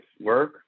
work